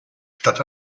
statt